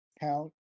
count